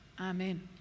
amen